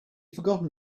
forgotten